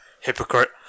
Hypocrite